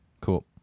Cool